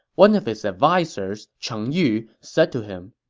one of his advisers, cheng yu, said to him,